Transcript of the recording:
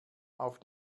auf